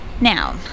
Now